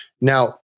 Now